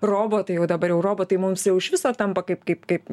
robotai jau dabar jau robotai mums jau iš viso tampa kaip kaip kaip